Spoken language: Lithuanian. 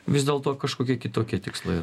vis dėlto kažkokie kitokie tikslai yra